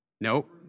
Nope